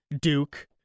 Duke